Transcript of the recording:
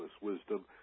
Wisdom